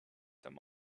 them